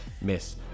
miss